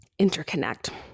interconnect